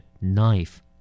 Knife